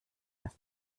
was